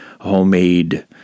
homemade